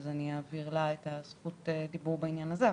אז אעביר לה את זכות הדיבור בעניין הזה.